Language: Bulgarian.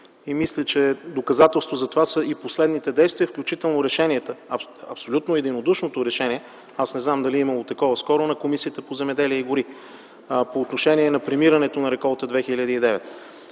Мисля, че доказателство за това са и последните действия и решения, абсолютно единодушното решение – не знам имало ли е такова скоро, на Комисията по земеделие и гори, по отношение премирането на реколта 2009